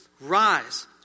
Rise